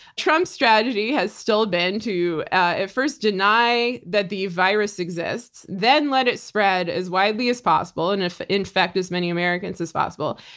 trump's strategy has still been to at first deny that the virus exists, then let it spread as widely as possible and infect as many americans as possible.